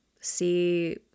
see